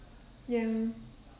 ya